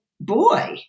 boy